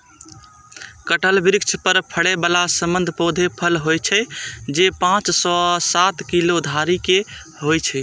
कटहल वृक्ष पर फड़ै बला सबसं पैघ फल होइ छै, जे पांच सं सात किलो धरि के होइ छै